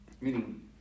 Meaning